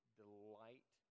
delight